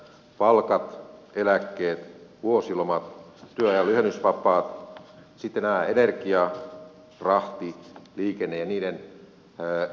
palkat eläkkeet vuosilomat työajan lyhennysvapaat sitten energia rahti liikenne ja niiden verolisäykset